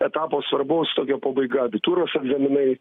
etapo svarbaus tokio pabaiga abitūros egzaminai